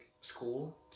school